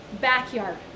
backyard